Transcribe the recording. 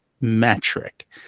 metric